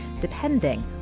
depending